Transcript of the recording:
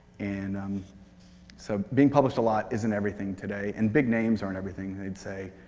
and um so being published a lot isn't everything today, and big names aren't everything. they'd say,